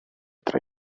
tra